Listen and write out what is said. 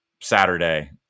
Saturday